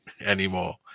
anymore